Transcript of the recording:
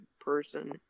person